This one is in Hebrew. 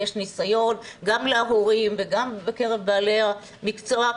ויש ניסיון גם להורים וגם בקרב בעלי המקצוע.